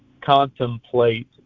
contemplate